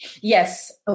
Yes